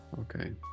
Okay